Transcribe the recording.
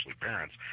parents